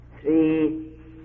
Three